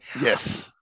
yes